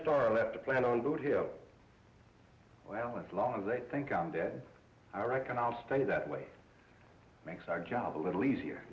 star left a plant on the hill well as long as i think i'm dead i reckon i'll stay that way makes our job a little easier